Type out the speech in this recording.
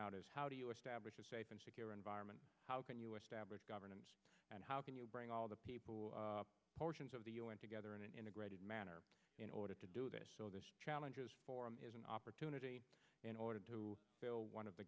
out is how do you establish a safe and secure environment how can you establish governance and how can you bring all the people portions of the u n together in an integrated manner in order to do this so this challenges is an opportunity in order to fill one of the